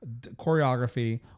choreography